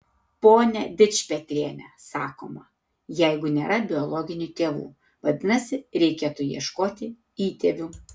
pone dičpetriene sakoma jeigu nėra biologinių tėvų vadinasi reikėtų ieškoti įtėvių